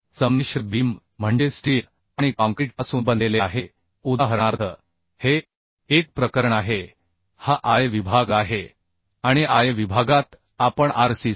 संमिश्र बीम म्हणजे स्टील आणि काँक्रीटपासून बनलेले आहे उदाहरणार्थ हे एक प्रकरण आहे हा I विभाग आहे आणि I विभागात आपण RCc